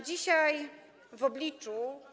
Dzisiaj w obliczu.